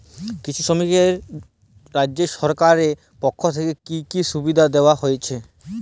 কৃষি শ্রমিকদের রাজ্য সরকারের পক্ষ থেকে কি কি সুবিধা দেওয়া হয়েছে?